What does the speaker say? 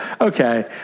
Okay